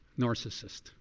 narcissist